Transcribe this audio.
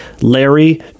Larry